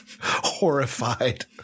horrified